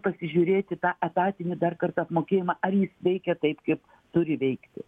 pasižiūrėti tą etatinį dar kartą apmokėjimą ar jis veikia taip kaip turi veikti